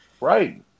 Right